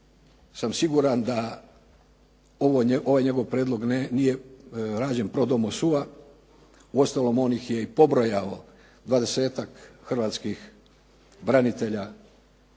sam siguran da ovaj njegov prijedlog nije rađen pro domo sua. Uostalom on ih je i pobrojao dvadesetak hrvatskih branitelja